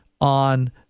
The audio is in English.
on